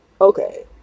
okay